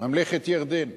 ממלכת ירדן.